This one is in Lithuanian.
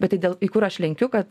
bet tai dėl į kur aš lenkiu kad